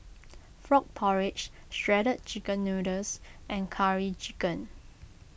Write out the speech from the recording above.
Frog Porridge Shredded Chicken Noodles and Curry Chicken